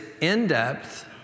in-depth